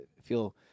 feel